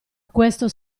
questo